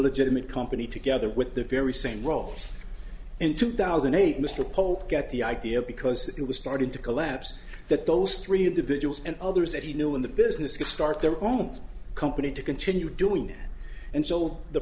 legitimate company together with the very same roles in two thousand and eight mr polk at the idea because it was starting to collapse that those three individuals and others that he knew in the business could start their own company to continue doing it and so the